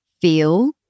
feel